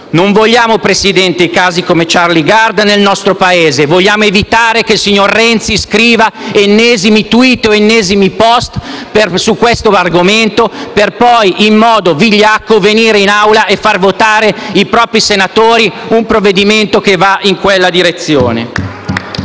non vogliamo casi come quello di Charlie Gard nel nostro Paese. Vogliamo evitare che il signor Renzi scriva ennesimi *tweet* o *post* su questo argomento, per poi, in modo vigliacco, far votare ai propri senatori un provvedimento che va in quella direzione.